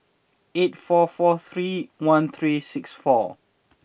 eight four four three one three six four